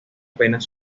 penas